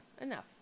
Enough